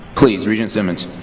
please, regent simmons.